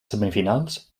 semifinals